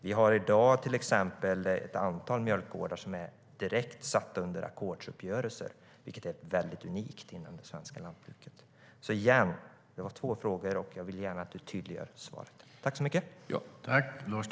Vi har till exempel i dag ett antal mjölkgårdar som är direkt satta under ackordsuppgörelse, vilket är unikt inom det svenska lantbruket.